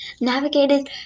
navigated